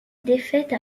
défaite